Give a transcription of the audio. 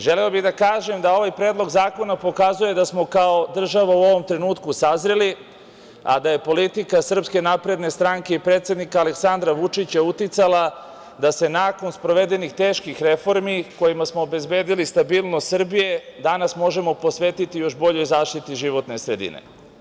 Želeo bih da kažem da ovaj predlog zakona pokazuje da smo kao država u ovom trenutku sazreli, a da je politika SNS i predsednika Aleksandra Vučića uticala da se nakon sprovedenih teških reformi kojima smo obezbedili stabilnost Srbije danas možemo posvetiti još boljoj zaštiti životne sredine.